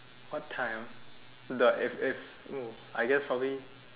what time the if if mm I guess probably